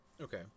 Okay